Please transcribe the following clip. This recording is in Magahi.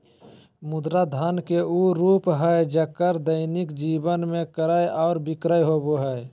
मुद्रा धन के उ रूप हइ जेक्कर दैनिक जीवन में क्रय और विक्रय होबो हइ